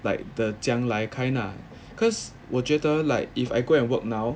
like the 将来 kind lah cause 我觉得 like if I go and work now